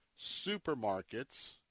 supermarkets